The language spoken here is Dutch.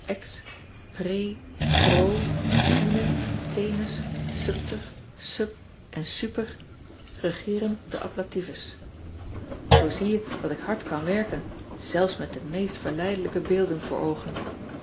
sine tenus subter sub en super regeeren den ablitivus oo zie je dat ik hard kan werken zelfs met de meest verleidelijke beelden voor oogen